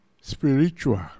spiritual